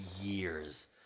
years